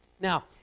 Now